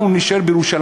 אנחנו נישאר בירושלים,